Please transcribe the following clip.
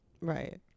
Right